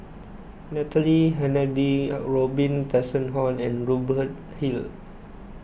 Natalie Hennedige Robin Tessensohn and Robert Hill